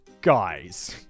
Guys